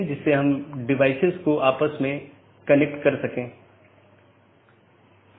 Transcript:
तो AS के भीतर BGP का उपयोग स्थानीय IGP मार्गों के विज्ञापन के लिए किया जाता है